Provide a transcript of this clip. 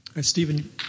Stephen